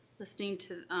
listening to